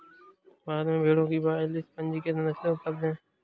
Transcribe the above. भारत में भेड़ की बयालीस पंजीकृत नस्लें उपलब्ध हैं